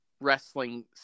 wrestling